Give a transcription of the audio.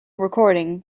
recording